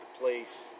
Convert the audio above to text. place